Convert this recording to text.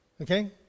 Okay